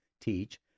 teach